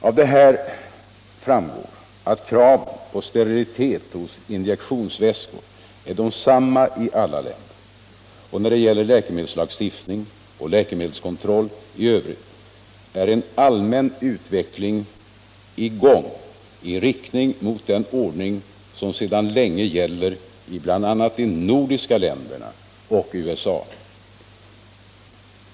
Av detta framgår att kraven på sterilitet hos injektionsvätskor är desamma i alla länder, och när det gäller läkemedelslagstiftning och läkemedelskontroll i övrigt är en allmän utveckling i gång i riktning mot den ordning som sedan länge gäller i bl.a. de nordiska länderna och i USA.